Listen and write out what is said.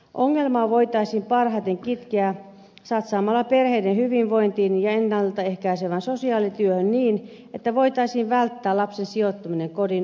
ongelmaa voitaisiin parhaiten kitkeä satsaamalla perheiden hyvinvointiin ja ennalta ehkäisevään sosiaalityöhön niin että voitaisiin välttää lapsen sijoittaminen kodin ulkopuolelle